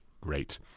Great